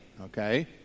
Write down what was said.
okay